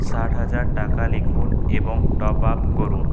ষাট হাজার টাকা লিখুন এবং টপআপ করুন